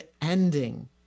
ending